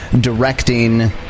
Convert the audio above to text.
directing